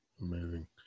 amazing